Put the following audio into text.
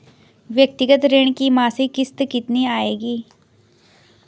व्यक्तिगत ऋण की मासिक किश्त कितनी आएगी?